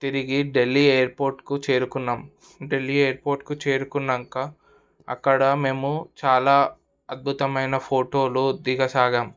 తిరిగి ఢిల్లీ ఎయిర్పోర్ట్కు చేరుకున్నాం ఢిల్లీ ఎయిర్పోర్ట్కు చేరుకున్నాకా అక్కడ మేము చాలా అద్భుతమైన ఫోటోలు దిగ సాగం